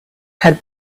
had